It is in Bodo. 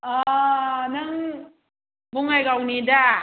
नों बङाइगावनि दा